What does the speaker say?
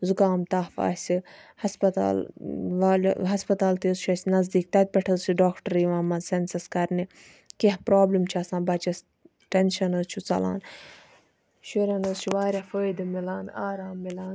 زُکام تَف آسہِ ہَسپَتال والہِ ہَسپَتال تہِ حظ چھُ اَسہِ نَزدیک تَتہ پیٚٹھ حظ چھُ ڈاکٹَر یِوان مَنٛز سیٚنسَس کَرنہٕ کینٛہہ پرابلم چھِ آسان بَچَس ٹیٚنشَن حظ چھُ ژَلان شُریٚن حظ چھُ واریاہ فٲیدٕ مِلان آرام مِلان